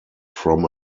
from